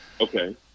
Okay